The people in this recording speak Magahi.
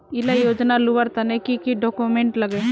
इला योजनार लुबार तने की की डॉक्यूमेंट लगे?